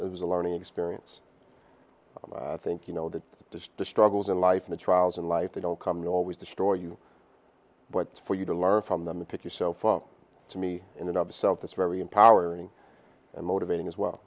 it was a learning experience i think you know the to struggles in life the trials in life they don't come you always destroy you but for you to learn from them to pick yourself up to me in and of itself it's very empowering and motivating as well